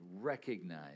recognize